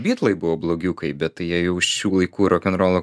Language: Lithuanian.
bitlai buvo blogiukai bet tai jie jau šių laikų rokenrolo